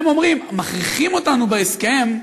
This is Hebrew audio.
הם אומרים: מכריחים אותנו בהסכם,